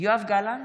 יואב גלנט,